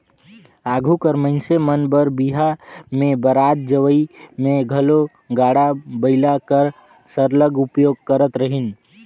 आघु कर मइनसे मन बर बिहा में बरात जवई में घलो गाड़ा बइला कर सरलग उपयोग करत रहिन